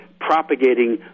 propagating